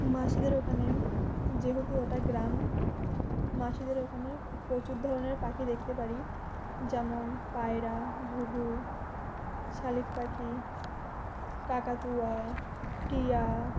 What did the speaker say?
মাসিদের ওখানে যেহেতু ওটা গ্রাম মাসিদের ওখানে প্রচুর ধরনের পাখি দেখতে পারি যেমন পায়রা ঘুঘু শালিক পাখি কাকাতুয়া টিয়া